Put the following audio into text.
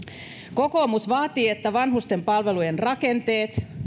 kokoomus vaatii että vanhusten palvelujen rakenteet